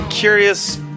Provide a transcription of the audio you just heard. Curious